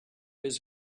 his